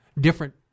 different